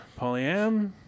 polyam